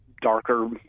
darker